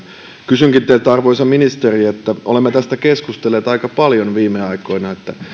kysynkin teiltä arvoisa ministeri olemme keskustelleet tästä aika paljon viime aikoina